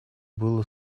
было